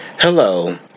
Hello